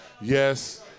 Yes